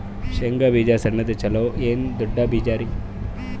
ಶೇಂಗಾ ಬೀಜ ಸಣ್ಣದು ಚಲೋ ಏನ್ ದೊಡ್ಡ ಬೀಜರಿ?